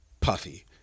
Puffy